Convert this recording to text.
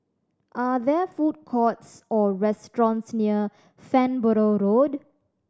are there food courts or restaurants near Farnborough Road